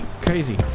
Crazy